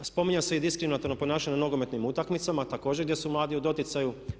A spominje se i diskriminatorno ponašanje na nogometnim utakmicama također gdje su mladi u doticaju.